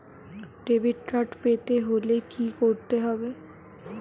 Debit card পেতে হলে কি করতে হবে?